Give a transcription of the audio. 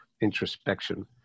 introspection